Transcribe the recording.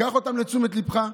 קח אותם לתשומת ליבך,